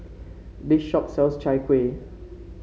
this shop sells Chai Kuih